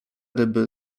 ryby